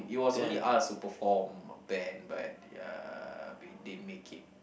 it was only us who perform a band but ya we didn't make it